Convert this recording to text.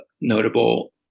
notable